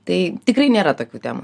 tai tikrai nėra tokių temų